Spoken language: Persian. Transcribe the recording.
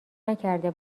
نکرده